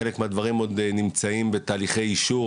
חלק מהדברים עוד נמצאים בתהליכי אישור,